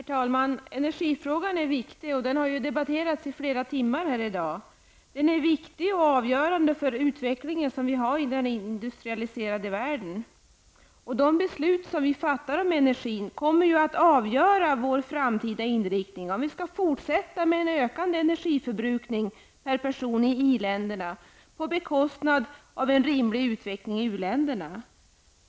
Herr talman! Energifrågan är viktig, och den har debatterats i flera timmar i dag. Frågan är viktig och avgörande för utvecklingen som vi har i den industrialiserade världen. De beslut som vi fattar om energin kommer att avgöra vår framtida inriktning om vi skall fortsätta med en ökande energiförbrukning per person i i-länderna på bekostnad av en rimlig utveckling i u-länderna.